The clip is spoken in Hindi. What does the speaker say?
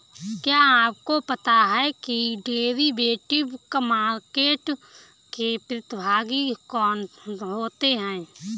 क्या आपको पता है कि डेरिवेटिव मार्केट के प्रतिभागी कौन होते हैं?